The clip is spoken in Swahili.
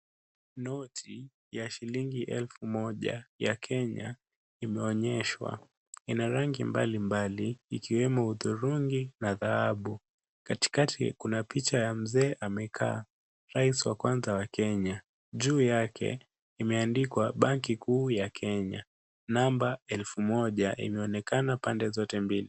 Noti ya shilingi elfu moja ya Kenya imeonyeshwa Ina rangi mbalimbali ikiwemo udhurungi na dhahabu, katikati Kuna picha ya mzee amekaa rais wa kwanza wa Kenya. Juu yake imeandikwa benki kuu ya Kenya. Namba elfu moja imeonekana pande zote mbili.